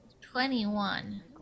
Twenty-one